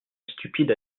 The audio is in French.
stupide